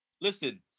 listen